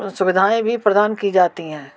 सुविधाएँ भी प्रदान की जाती हैं